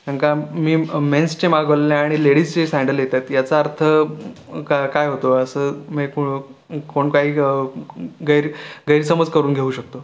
कारण का मी मेन्सचे मागवलेले आणि लेडीजचे सॅंडल येतात याचा अर्थ का काय होतो असं कोण काही गैर गैरसमज करून घेऊ शकतो